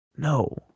No